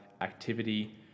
activity